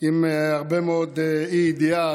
עם הרבה מאוד אי-ידיעה,